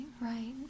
right